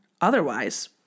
otherwise